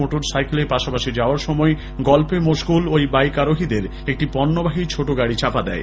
motor সাইকেলে পাশাপাশি যাওয়ার সময় গল্পে মশগুল ওই বাইক আরোহীদের একটি পন্যবাহী ছোট গাড়ি চাপা দেয়